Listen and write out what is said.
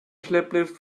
schlepplift